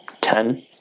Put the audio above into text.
Ten